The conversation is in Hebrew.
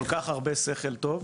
צריך להכניס כל כך הרבה שכל טוב,